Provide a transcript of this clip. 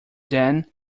then